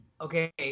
Okay